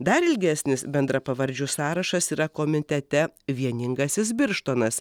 dar ilgesnis bendrapavardžių sąrašas yra komitete vieningasis birštonas